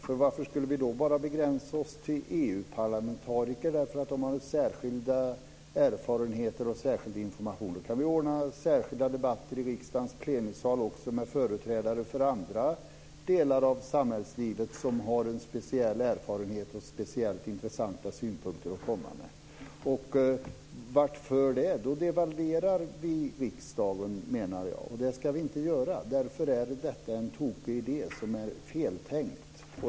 För varför skulle vi då bara begränsa oss till EU-parlamentariker därför att de har särskilda erfarenheter och särskild information? Då kan vi också ordna särskilda debatter i riksdagens plenisal med företrädare för andra delar av samhällslivet som har en speciell erfarenhet och speciellt intressanta synpunkter att komma med. Vart för det? Då devalverar vi riksdagen, menar jag, och det ska vi inte göra. Därför är detta en tokig idé som är fel tänkt.